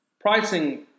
pricing